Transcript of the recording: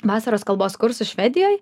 vasaros kalbos kursus švedijoj